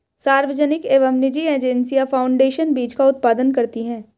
सार्वजनिक एवं निजी एजेंसियां फाउंडेशन बीज का उत्पादन करती है